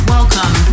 Welcome